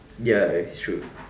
ya it's true